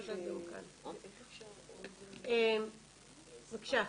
לצד החשיבות של ההנגשה הפיזית,